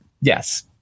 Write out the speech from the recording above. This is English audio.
yes